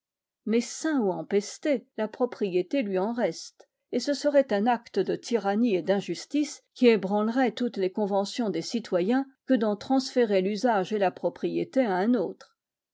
mais sain ou empesté la propriété lui en reste et ce serait un acte de tyrannie et d'injustice qui ébranlerait toutes les conventions des citoyens que d'en transférer l'usage et la propriété à un autre